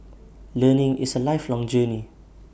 learning is A lifelong journey